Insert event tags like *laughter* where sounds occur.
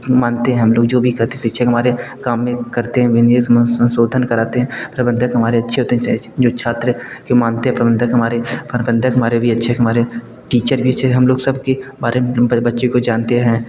मानते हैं हम लोग जो भी कहते शिक्षक हमारे काम में करते हैं *unintelligible* संशोधन कराते हैं प्रबंधक हमारे अच्छे होते हैं जो छात्र है को मानते हैं प्रबंधक हमारे प्रबंधक हमारे भी अच्छे हैं हमारे टीचर भी अच्छे हैं हम लोग सब के बारे में बच्चे को जानते हैं